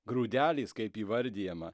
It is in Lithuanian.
grūdeliais kaip įvardijama